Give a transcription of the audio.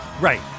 Right